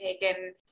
taken